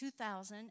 2000